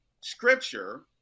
scripture